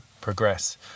progress